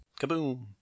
Kaboom